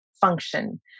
function